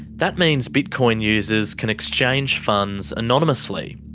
that means bitcoin users can exchange funds anonymously.